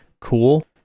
cool